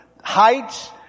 heights